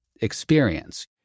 experience